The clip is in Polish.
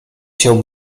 się